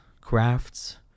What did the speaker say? crafts